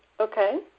Okay